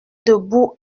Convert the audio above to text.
debout